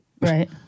right